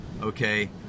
Okay